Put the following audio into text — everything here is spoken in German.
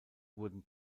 wurden